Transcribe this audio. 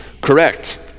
correct